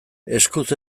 eskuz